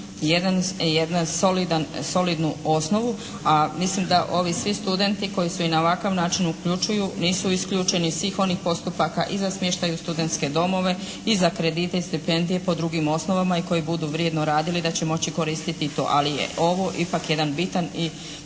jednu solidnu osnovu. A mislim da ovi svi studenti koji se i na ovakav način uključuju, nisu isključeni iz svih onih postupaka i za smještaj u studentske domove i za kredite i stipendije po drugim osnovama i koji budu vrijedno radili da će moći koristiti i to. Ali je ovo ipak jedan bitan i